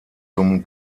zum